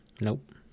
Nope